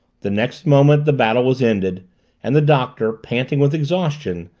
the next moment the battle was ended and the doctor, panting with exhaustion,